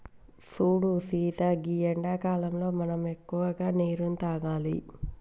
సూడు సీత గీ ఎండాకాలంలో మనం ఎక్కువగా నీరును తాగాలి